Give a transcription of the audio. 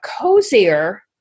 cozier